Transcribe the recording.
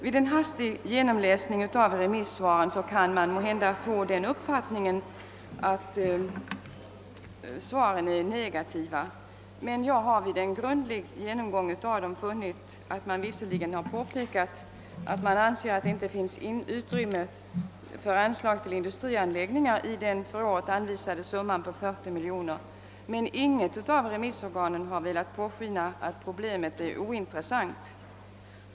Vid en hastig genomläsning av remissvaren kan man måhända få den uppfattningen, att svaren är negativa, men jag har vid en grundlig genomgång av dem funnit, att remissinstanserna visserligen har påpekat att de anser att det inte finns utrymme för anslag till industrianläggningar i den för året anvisade summan av 40 miljoner kronor, men ingen instans har låtit påskina att problemet är ointressant.